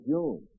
June